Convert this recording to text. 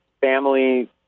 family